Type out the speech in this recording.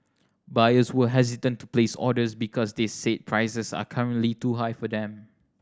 buyers were hesitant to place orders because they said prices are currently too high for them